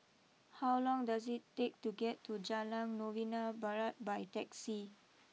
how long does it take to get to Jalan Novena Barat by taxi